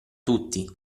tutti